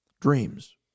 dreams